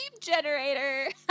generator